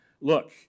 look